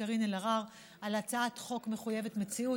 קארין אלהרר על הצעת חוק מחויבת מציאות.